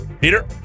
Peter